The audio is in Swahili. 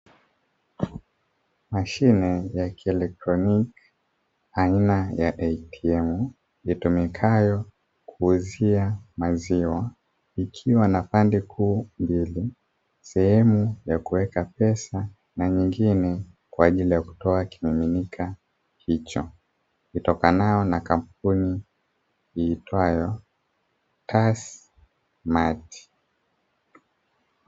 Mashine ya kielektroniki aina ya "ATM" itumikayo kuuzia maziwa, ikiwa na pande kuu mbili sehemu ya kuweka pesa na nyingine kwa ajili ya kutoa kimiminika hicho itokanayo na kampuni iitwayo "Tasmat".